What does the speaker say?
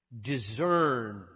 Discern